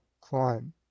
climb